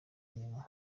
nyuma